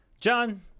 John